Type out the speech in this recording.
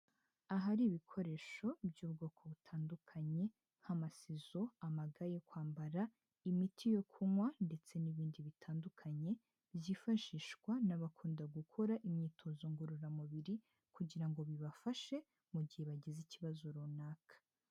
Ahari ibikoresho by'ubwoko butandukanye nka masizo, amaga yo kwambara, imiti yo kunywa ndetse n'ibindi bitandukanye, byifashishwa n'abakunda gukora imyitozo ngororamubiri, kugira ngo bibafashe mu gihe bagize ikibazo runaka.